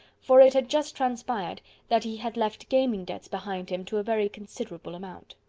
for it had just transpired that he had left gaming debts behind him to a very considerable amount.